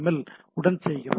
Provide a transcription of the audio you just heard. L உடன் செய்கிறது